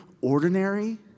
ordinary